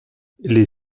les